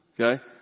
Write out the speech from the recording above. Okay